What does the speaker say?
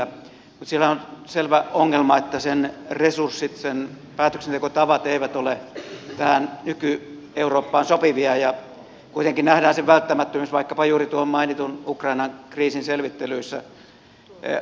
mutta siellä on selvä ongelma että sen resurssit sen päätöksentekotavat eivät ole tähän nyky eurooppaan sopivia ja kuitenkin nähdään sen välttämättömyys vaikkapa juuri tuon mainitun ukrainan kriisin selvittelyissä